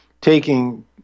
taking